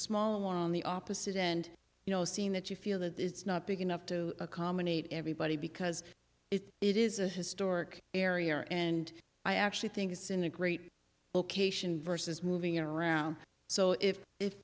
small one on the opposite end you know seeing that you feel that it's not big enough to accommodate everybody because it is a historic area and i actually think it's in a great location vs moving around so if it